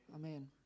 Amen